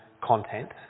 content